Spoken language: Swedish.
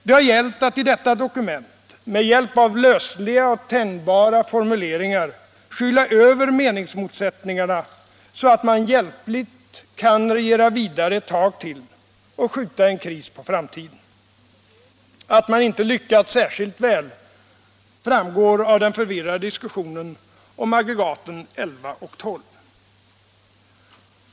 Det har gällt att i detta dokument med hjälp av lösliga och tänjbara formuleringar skyla över meningsmotsättningarna så att man hjälpligt kan regera vidare ett tag till och skjuta en kris på framtiden. Att man inte lyckats särskilt väl framgår av den förvirrade diskussionen om aggregaten 11 och 12.